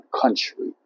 country